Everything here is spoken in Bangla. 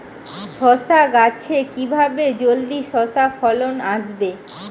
শশা গাছে কিভাবে জলদি শশা ফলন আসবে?